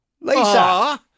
Lisa